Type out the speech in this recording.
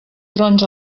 trons